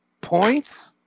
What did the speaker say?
points